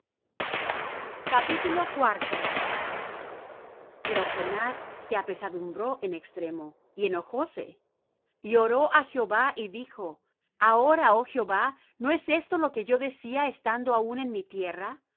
pero jonás se apesadumbró en extremo y enojóse y oró á jehová y dijo ahora oh jehová no es esto lo que yo decía estando aún en mi tierra